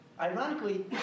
ironically